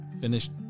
finished